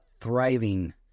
thriving